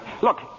Look